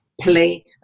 play